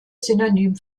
synonym